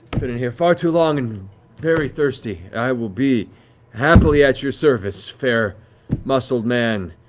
been in here far too long and very thirsty. i will be happily at your service, fair muscled man,